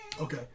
Okay